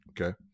Okay